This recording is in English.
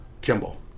Kimball